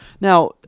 Now